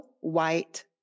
white